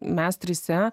mes trise